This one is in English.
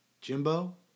Jimbo